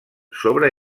sobre